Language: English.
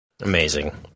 Amazing